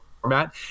format